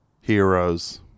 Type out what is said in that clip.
heroes